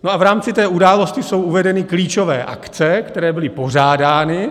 A v rámci té události jsou uvedeny klíčové akce, které byly pořádány.